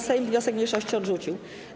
Sejm wniosek mniejszości odrzucił.